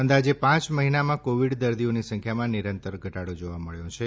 અંદાજે પાંચ મહિનામાં કોવિડ દર્દીઓની સંખ્યામાં નિરંતર ઘટાડો જોવા મળ્યો છે